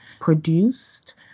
produced